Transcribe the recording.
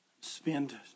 spend